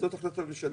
זאת החלטת הממשלה.